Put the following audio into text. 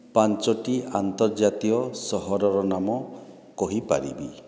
ପାଞ୍ଚଟି ଆନ୍ତର୍ଜାତୀୟ ସହରର ନାମ କହିପାରିବି